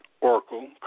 Oracle